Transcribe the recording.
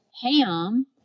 Ham